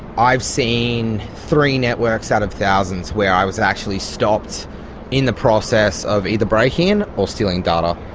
i've seen three networks out of thousands where i was actually stopped in the process of either breaking in or stealing data.